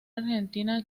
argentina